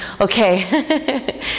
Okay